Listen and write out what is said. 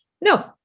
No